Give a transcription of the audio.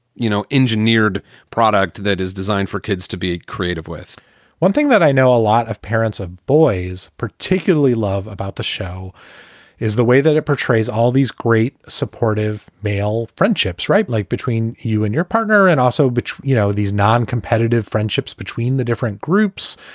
you know, engineered product that is designed for kids to be creative with one thing that i know a lot of parents of boys, particularly love about the show is the way that it portrays all these great supportive male friendships. right. like between you and your partner and also, you know, these non-competitive friendships between the different groups.